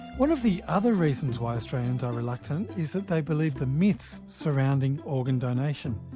one of the other reasons why australians are reluctant is that they believe the myths surrounding organ donation.